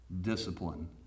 discipline